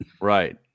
Right